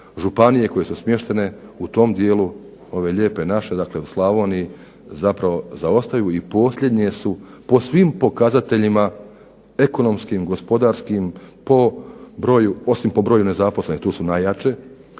županije koje su smještene u tom dijelu ove Lijepe naše dakle u Slavoniji zapravo zaostaju i posljednje su po svim pokazateljima ekonomskim, gospodarskim osim po broju nezaposlenih tu su najjače,